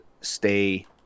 stay